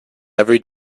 every